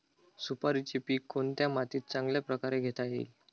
सुपारीचे पीक कोणत्या मातीत चांगल्या प्रकारे घेता येईल?